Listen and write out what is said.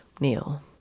Neil